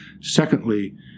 Secondly